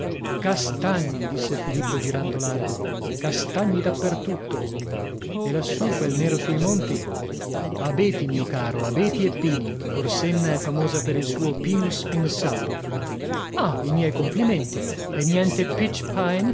castagni disse filippo girando largo castagni da per tutto e lassù quel nero sui monti abeti mio caro abeti e pini corsenna è famosa per il suo pinus pinsapo ah i miei complimenti e niente